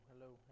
Hello